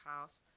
house